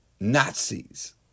Nazis